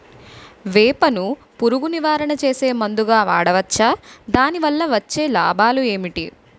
వేప ను పురుగు నివారణ చేసే మందుగా వాడవచ్చా? దాని వల్ల వచ్చే లాభాలు ఏంటి?